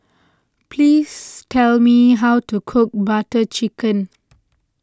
please tell me how to cook Butter Chicken